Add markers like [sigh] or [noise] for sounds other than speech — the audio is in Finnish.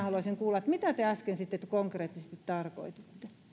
[unintelligible] haluaisin kuulla mitä te äsken sitten konkreettisesti tarkoititte